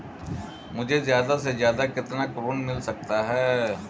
मुझे ज्यादा से ज्यादा कितना ऋण मिल सकता है?